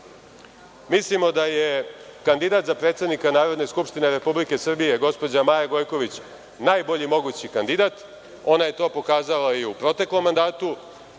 Srbije. Mislimo da je kandidat za predsednika Narodne skupštine Republike Srbije, gospođa Maja Gojković najbolji mogući kandidat. Ona je to pokazala i u proteklom mandatu.